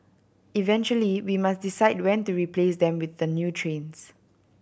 eventually we must decide when to replace them with the new trains